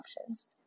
options